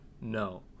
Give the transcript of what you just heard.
no